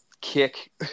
kick